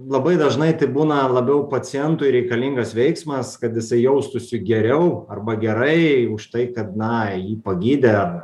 labai dažnai tai būna labiau pacientui reikalingas veiksmas kad jisai jaustųsi geriau arba gerai už tai kad na jį pagydė ar